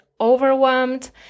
overwhelmed